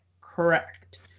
correct